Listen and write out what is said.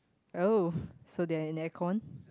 [oh]so they are in aircon